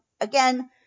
again